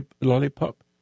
lollipop